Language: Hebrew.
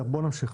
בואו נמשיך.